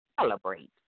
celebrate